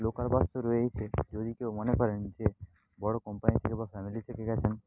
local bus তো রয়েইছে যদি কেউ মনে করেন যে বড় কোম্পানি থেকে বা ফ্যামিলি থেকে গেছেন